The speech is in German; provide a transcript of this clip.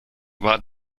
war